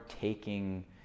taking